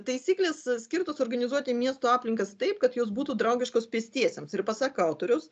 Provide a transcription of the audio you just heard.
taisyklės skirtos organizuoti miesto aplinkas taip kad jos būtų draugiškos pėstiesiems ir pasak autoriaus